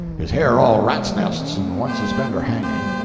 his hair all rats' nests and one suspender hanging,